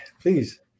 please